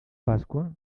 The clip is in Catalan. pasqua